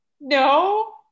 no